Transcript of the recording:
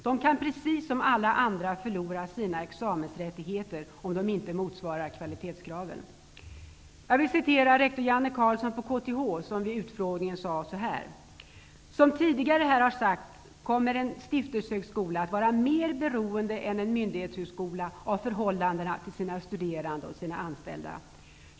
De kan, precis som alla andra, förlora sina examensrättigheter om de inte motsvarar kvalitetskraven. Jag vill citera rektor Janne Carlsson på KTH, som vid utfrågningen sade: ''Som tidigare här har sagts kommer en stiftelsehögskola att vara mer beroende än en myndighetshögskola av förhållandena till sina studerande och sina anställda.